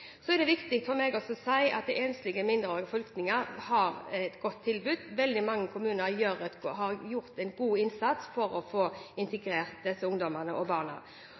Så er det viktig for meg å si at enslige mindreårige flyktninger har et godt tilbud. Veldig mange kommuner har gjort en god innsats for å få integrert disse ungdommene og barna.